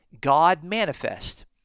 God-manifest